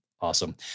Awesome